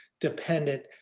dependent